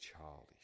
childish